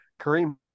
Kareem